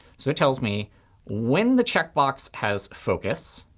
so it tells me when the checkbox has focus,